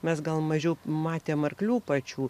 mes gal mažiau matėm arklių pačių